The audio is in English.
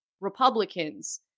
Republicans